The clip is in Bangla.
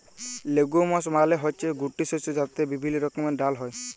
লেগুমস মালে হচ্যে গুটি শস্য যাতে বিভিল্য রকমের ডাল হ্যয়